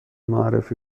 معرفی